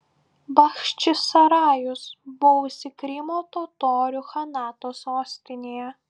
bachčisarajus buvusi krymo totorių chanato sostinė